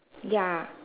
ya